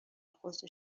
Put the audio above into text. خود